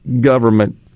government